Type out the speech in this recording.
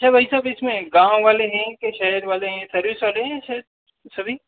अच्छा भाई सबा इसमें गाँव वाले हैं कि शहर वाले हैं सर्विस वाले हैं सब सभी